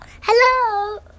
Hello